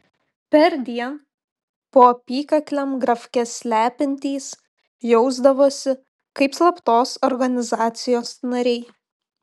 perdien po apykaklėm grafkes slepiantys jausdavosi kaip slaptos organizacijos nariai